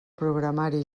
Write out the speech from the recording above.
programari